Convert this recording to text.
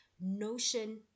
notion